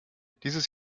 dieses